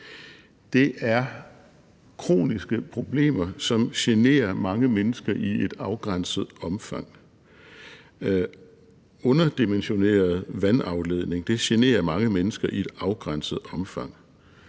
Det er kroniske problemer, som generer mange mennesker i et afgrænset omfang. Underdimensioneret vandafledning generer mange mennesker i et afgrænset omfang.